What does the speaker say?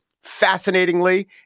fascinatingly